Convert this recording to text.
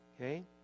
Okay